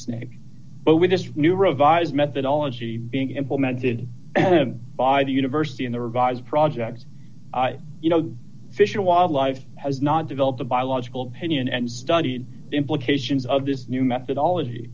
snake but with this new revised methodology being implemented by the university in the revised project you know the fish and wildlife has not developed the biological opinion and studied the implications of this new methodology